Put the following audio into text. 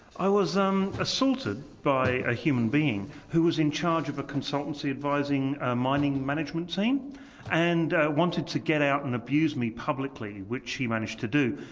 i was um assaulted by a human being who was in charge of a consultancy advising ah mining management team and wanted to get out and abuse me publicly which he managed to do.